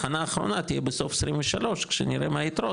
תחנה אחרונה תהיה בסוף 23 כשנראה מה היתרות,